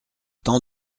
tant